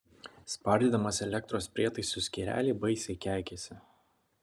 spardydamas elektros prietaisų skyrelį baisiai keikėsi